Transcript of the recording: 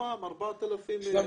4,700,